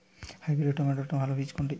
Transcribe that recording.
Hybrid টমেটোর ভালো বীজ কোনটি?